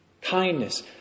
kindness